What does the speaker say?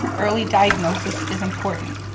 early diagnosis is important,